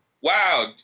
wow